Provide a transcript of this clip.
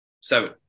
Seven